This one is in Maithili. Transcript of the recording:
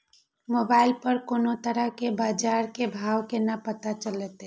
मोबाइल पर कोनो तरह के बाजार के भाव केना पता चलते?